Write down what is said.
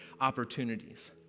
opportunities